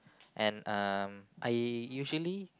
and um I usually